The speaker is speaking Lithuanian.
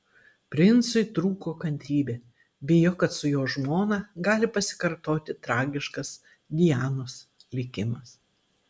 princui trūko kantrybė bijo kad su jo žmona gali pasikartoti tragiškas dianos likimas